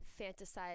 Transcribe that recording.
fantasize